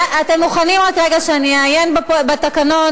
אתם מוכנים רגע שאני אעיין בתקנון,